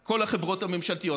וכל החברות הממשלתיות.